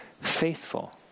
faithful